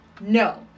No